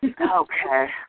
Okay